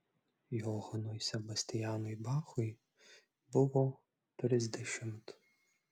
johanui sebastianui bachui buvo trisdešimt